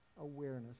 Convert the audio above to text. awareness